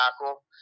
tackle